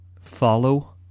Follow